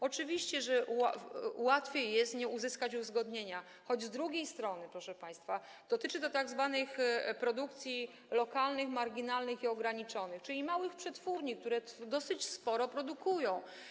Oczywiście łatwiej jest nie uzyskać uzgodnienia, choć z drugiej strony, proszę państwa, dotyczy to tzw. produkcji lokalnej, marginalnej i ograniczonej, czyli małych przetwórni, które dosyć sporo produkują.